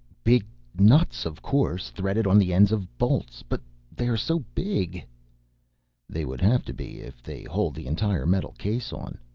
big nuts of course. threaded on the ends of bolts. but they are so big they would have to be if they hold the entire metal case on.